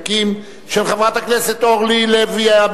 הכספים על מנת להכינה לקריאה ראשונה,